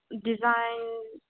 design